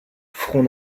front